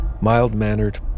mild-mannered